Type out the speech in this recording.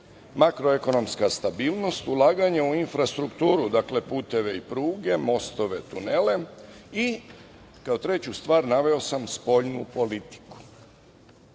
makroekonomska stabilnost, ulaganja u infrastrukturu, dakle, puteve i pruge, mostove, tunele i kao treću stvar naveo sam spoljnu politiku.